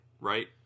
right